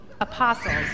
apostles